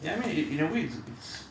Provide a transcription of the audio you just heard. I mean it it in a way it's it's